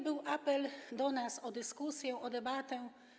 Był apel do nas o dyskusję, o debatę.